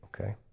Okay